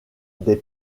des